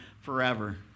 forever